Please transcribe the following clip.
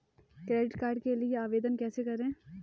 Credit card के लिए आवेदन कैसे करें?